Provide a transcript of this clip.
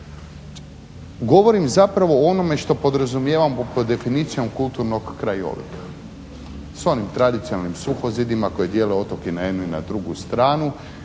Govorim zapravo o onome što podrazumijevam pod definicijom kulturnog krajolika s onim tradicionalnim suhozidima koje dijele otoke na jednu i na drugu stranu